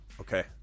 Okay